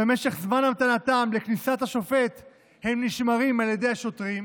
ובזמן המתנתם לכניסת השופט הם נשמרים על ידי שוטרים,